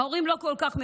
ההורים לא כל כך מבינים,